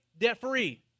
debt-free